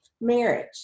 Marriage